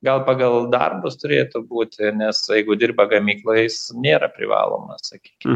gal pagal darbus turėtų būti nes jeigu dirba gamyklojjis nėra privaloma sakykim